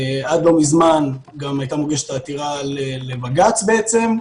עד לא מזמן גם הייתה מוגשת העתירה לבג"ץ בעצם,